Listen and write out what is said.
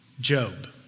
Job